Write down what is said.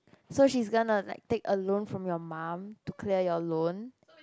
so she's gonna like take a loan from your mum to clear your loan